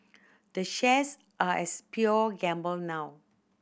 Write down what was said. the shares are as pure gamble now